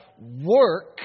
work